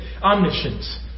omniscience